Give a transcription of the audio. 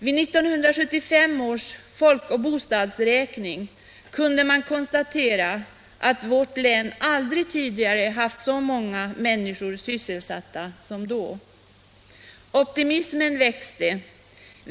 Vid 1975 års folk och bostadsräkning kunde man konstatera att vårt län aldrig tidigare haft så många människor sysselsatta som då. Optimismen växte.